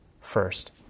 first